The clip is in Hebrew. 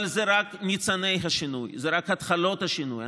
אבל אלה רק ניצני השינוי, אלה רק התחלות השינוי.